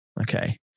Okay